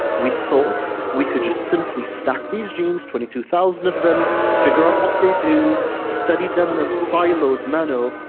we thought we could just simply stack these genes, twenty two thousand of them, figure out what they do, study them in a siloed manner,